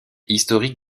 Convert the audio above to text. historique